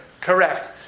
Correct